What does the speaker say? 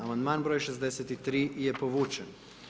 Amandman broj 63. je povučen.